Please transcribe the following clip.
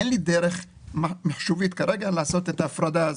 אין לי דרך מחשובית כרגע לעשות את ההפרדה הזאת.